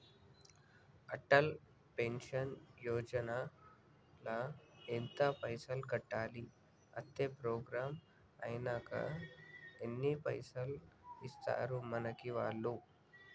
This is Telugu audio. అటల్ పెన్షన్ యోజన ల ఎంత పైసల్ కట్టాలి? అత్తే ప్రోగ్రాం ఐనాక ఎన్ని పైసల్ ఇస్తరు మనకి వాళ్లు?